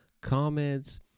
comments